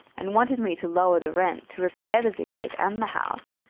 and wanted me to lower the rent, to repair the vineyard and the house,